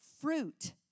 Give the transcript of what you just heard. fruit